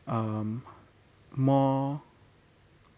um more